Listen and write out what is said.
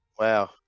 Wow